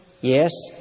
Yes